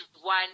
one